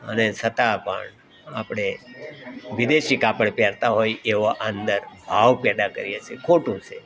અને છતાં પણ આપણે વિદેશી કાપડ પહેરતા હોય એવા અંદર ભાવ પેદા કરે છે ખોટું છે